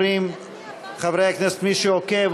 חברי הכנסת, מי שעוקב,